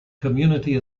community